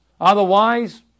Otherwise